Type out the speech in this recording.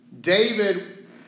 David